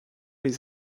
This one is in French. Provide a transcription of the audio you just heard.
les